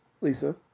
Lisa